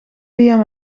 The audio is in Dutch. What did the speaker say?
liam